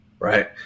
right